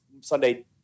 Sunday